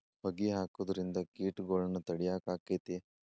ಹೊಗಿ ಹಾಕುದ್ರಿಂದ ಕೇಟಗೊಳ್ನ ತಡಿಯಾಕ ಆಕ್ಕೆತಿ?